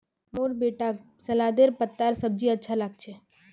मोर बेटाक सलादेर पत्तार सब्जी अच्छा लाग छ